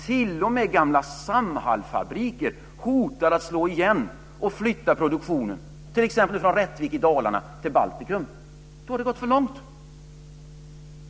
T.o.m. gamla Samhallfabriker hotas att slås igen och produktionen att flyttas, t.ex. från Rättvik i Dalarna till Baltikum. Då har det gått för långt!